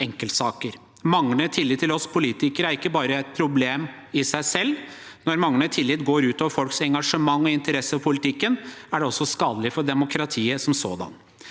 Manglende tillit til oss politikere er ikke bare et problem i seg selv. Når manglende tillit går utover folks engasjement og interesse for politikken, er det også skadelig for demokratiet som sådan.